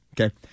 okay